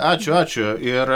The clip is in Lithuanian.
ačiū ačiū ir